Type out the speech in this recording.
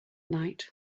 night